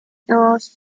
dos